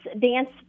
dance